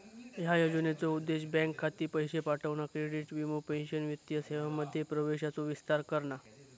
ह्या योजनेचो उद्देश बँक खाती, पैशे पाठवणा, क्रेडिट, वीमो, पेंशन वित्तीय सेवांमध्ये प्रवेशाचो विस्तार करणा